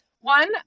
one